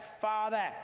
Father